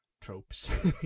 tropes